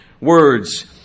words